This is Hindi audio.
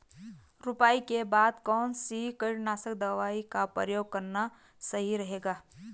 रुपाई के बाद कौन सी कीटनाशक दवाई का प्रयोग करना सही रहेगा?